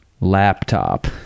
laptop